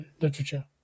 literature